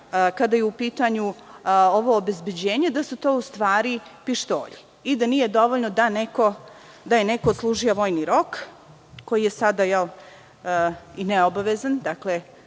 kada je u pitanju ovo obezbeđenje, da su to u stvari pištolji i da nije dovoljno da je neko odslužio vojni rok koji je sada i neobavezan. Dakle,